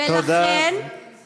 למה את מסיתה?